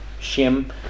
shim